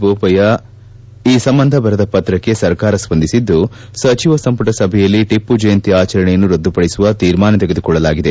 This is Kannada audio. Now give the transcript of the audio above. ಬೋಪಯ್ಯ ಈ ಸಂಬಂಧ ಬರೆದ ಪತ್ರಕ್ಕೆ ಸರ್ಕಾರ ಸ್ವಂದಿಸಿದ್ದು ಸಚಿವ ಸಂಪುಟ ಸಭೆಯಲ್ಲಿ ಟಿಪ್ಪುಜಯಂತಿ ಆಚರಣೆಯನ್ನು ರದ್ಗುಪಡಿಸುವ ತೀರ್ಮಾನ ತೆಗೆದುಕೊಳ್ಳಲಾಗಿದೆ